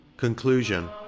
CONCLUSION